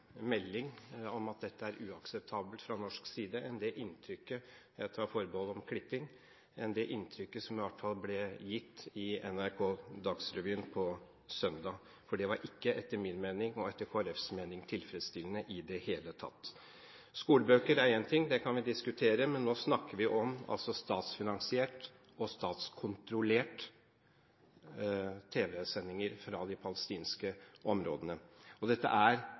melding om at dette er uakseptabelt fra norsk side. Det inntrykket – jeg tar forbehold om klipping – som i hvert fall ble gitt i NRK Dagsrevyen på søndag, var, etter min og Kristelig Folkepartis mening, ikke tilfredsstillende i det hele tatt. Skolebøker er én ting – det kan vi diskutere – men nå snakker vi altså om statsfinansierte og statskontrollerte tv-sendinger fra de palestinske områdene. Det er, med respekt å melde, ikke første gang dette